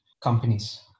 companies